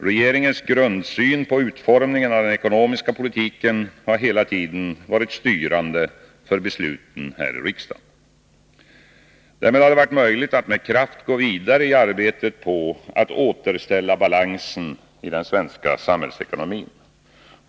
Regeringens grundsyn på utformningen av den ekonomiska politiken har hela tiden varit styrande för besluten i riksdagen. Därmed har det varit möjligt att med kraft gå vidare i arbetet på att återställa balansen i den svenska samhällsekonomin.